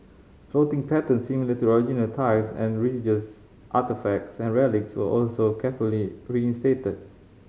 flooring patterns similar to the original tiles and religious artefacts and relics were also carefully reinstated